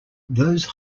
those